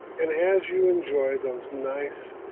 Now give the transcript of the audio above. and as you enjoy those nice,